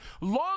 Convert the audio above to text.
long